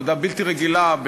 עבודה בלתי רגילה,